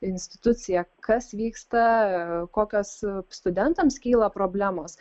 instituciją kas vyksta kokios studentams kyla problemos